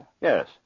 Yes